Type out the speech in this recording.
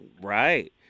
Right